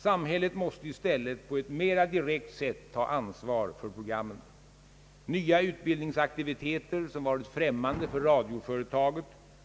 Samhället måste i stället på ett mer direkt sätt ta ansvar för programmen. Nya utbildningsaktiviteter som varit främmande för radioföretaget